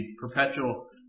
perpetual